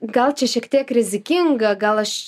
gal čia šiek tiek rizikinga gal aš